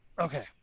Okay